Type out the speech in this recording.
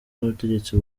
n’ubutegetsi